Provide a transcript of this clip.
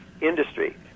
industry